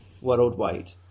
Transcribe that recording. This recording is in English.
Worldwide